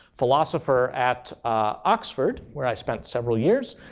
philosopher at oxford where i spent several years,